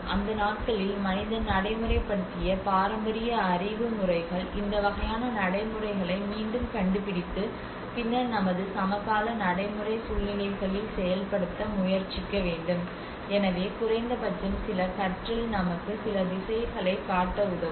அந்த நாட்களில் மனிதன் நடைமுறைப்படுத்திய பாரம்பரிய அறிவு முறைகள் இந்த வகையான நடைமுறைகளை மீண்டும் கண்டுபிடித்து பின்னர் நமது சமகால நடைமுறை சூழ்நிலைகளில் செயல்படுத்த முயற்சிக்க வேண்டும் எனவே குறைந்தபட்சம் சில கற்றல் நமக்கு சில திசைகளைக் காட்ட உதவும்